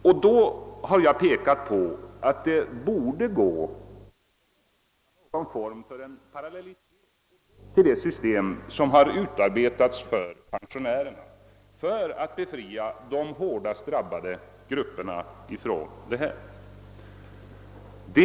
Därvid har jag framhållit att det borde gå att hitta någon parallellform till det system som har utarbetats för pensionärerna för att befria de hårdast drabbade grupperna från en alltför hård beskattning.